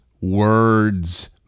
Words